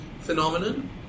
phenomenon